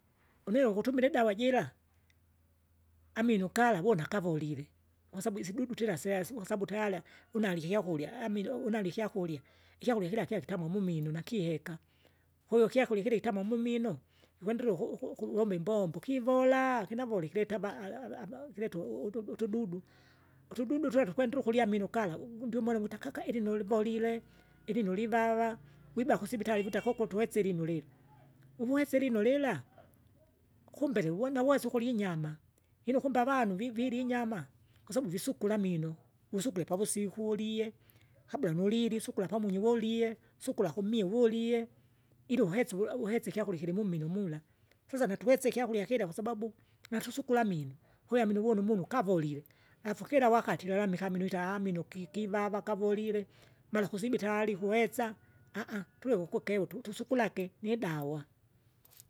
Unelo ukutimila idawa jira, amino gala wuna kavolile, kwasabu isidudu tira syasi kwasabu tayari unalike ikyakurya amino unale ikyakurya, ikyakurya kira kia kitamu mumino, nakiheka, kwhiyo ikyakurya kira kitmu mumino. Kikwendelea uku- uku- ukuwomba kivolaa! kinavole kileta ava kileta utu utududu. Utududu tula twekendelea ukurya amino gala, uvundindie umwele uvuti akakaka ilino livolile, ilino livava, wiba kisibitari ukuti akoko twelse ilino lila, uwese lino lila, kumbili uvona wesa ukurya inyama, ino kumbe avanu vivili inyama, kwasabu visukula, amino, usukule pavusikulie, kabla nulilisu kula pamunyi uvolie, usukula kumie volie, ila uhesa wula wuhesa ikyakurya ikirimumino mula, sasa natuwese ikyakurya kira kwasababu, natusukura amimino, kurya amino vonu umumu kavolile, afu kila wakati lalamika amino ita aaha amino kikivava kavolile. Mara kusibitari kuhesa tuleke ukukewu tu- tusukulake nidawa.